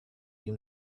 ihm